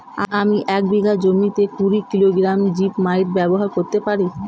আমি এক বিঘা জমিতে কুড়ি কিলোগ্রাম জিপমাইট ব্যবহার করতে পারি?